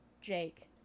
Jake